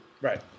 Right